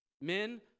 Men